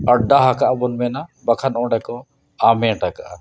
ᱟᱰᱰᱟ ᱟᱠᱟᱫᱼᱟ ᱵᱚᱱ ᱢᱮᱱᱟ ᱵᱟᱠᱷᱟᱱ ᱚᱸᱰᱮ ᱠᱚ ᱟᱢᱮᱴ ᱟᱠᱟᱫᱼᱟ